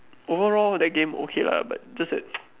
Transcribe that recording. overall that game okay lah but just that